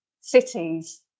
cities